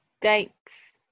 dates